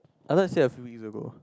I thought you say a few weeks ago